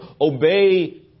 Obey